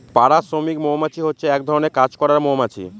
পাড়া শ্রমিক মৌমাছি হচ্ছে এক ধরনের কাজ করার মৌমাছি